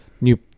new